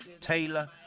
Taylor